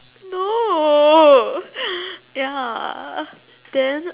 no ya then